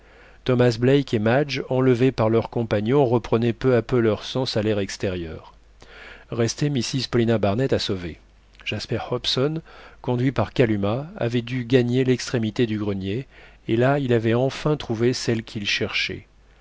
thomas black et madge enlevés par leurs compagnons reprenaient peu à peu leurs sens à l'air extérieur restait mrs paulina barnett à sauver jasper hobson conduit par kalumah avait dû gagner l'extrémité du grenier et là il avait enfin trouvé celle qu'il cherchait